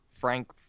Frank